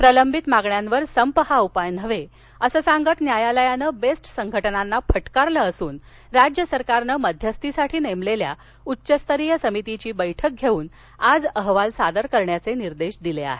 प्रलंबित मागण्यांवर संप हा उपाय नव्हे असं सांगत न्यायालयानं बेस्ट संघटनांना फटकारलं असून राज्य सरकारनं मध्यस्थीसाठी नेमलेल्या उच्चस्तरीय समितीची बैठक घेऊन आज अहवाल सादर करण्याचे निर्देश दिले आहेत